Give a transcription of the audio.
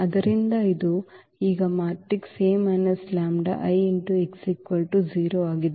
ಆದ್ದರಿಂದ ಇದು ಈಗ ಮ್ಯಾಟ್ರಿಕ್ಸ್ A λI x 0 ಆಗಿದೆ